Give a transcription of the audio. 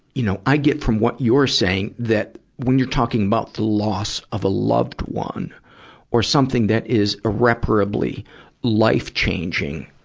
you know, i get from what you're saying that when you're talking about the loss of a loved one or something that is irreparably life-changing,